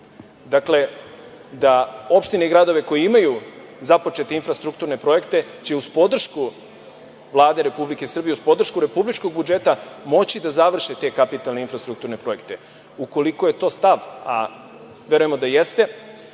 da opštine i gradovi koji imaju započete infrastrukturne projekte, znači, uz podršku Vlade Republike Srbije, uz podršku republičkog budžeta moći da završe te kapitalne infrastrukturne projekte. Ukoliko je to stav, a verujemo da jeste,